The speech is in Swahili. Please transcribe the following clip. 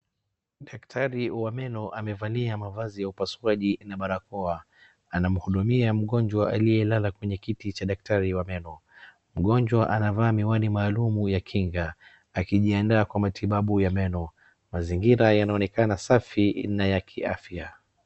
Daktari wa meno amevalia mavazi ya upasuaji na barakoa. Anamhudumia mgonjwa aliyelala kwenye kiti cha daktari wa meno. Mgonjwa anvaa miwani maalum ya kinga akijiadaa kwa matibabu ya meno. Mazingira yanaonekaana safi na ya kiafya.